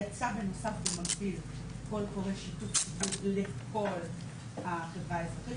יצא בנוסף במקביל קול קורא שיתוף ציבור לכל החברה האזרחית,